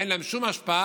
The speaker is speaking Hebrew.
אין להם שום השפעה.